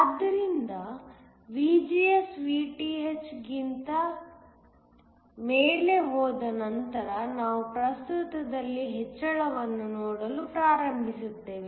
ಆದ್ದರಿಂದ VGS Vth ಗಿಂತ ಮೇಲೆ ಹೋದ ನಂತರ ನಾವು ಪ್ರಸ್ತುತದಲ್ಲಿ ಹೆಚ್ಚಳವನ್ನು ನೋಡಲು ಪ್ರಾರಂಭಿಸುತ್ತೇವೆ